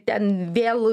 ten vėl